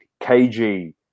KG